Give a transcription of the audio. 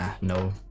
no